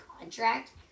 contract